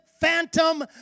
phantom